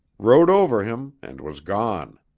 rode over him and was gone.